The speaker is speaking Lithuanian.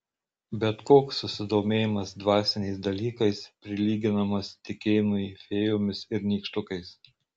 bet koks susidomėjimas dvasiniais dalykais prilyginamas tikėjimui fėjomis ir nykštukais